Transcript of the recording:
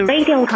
Radio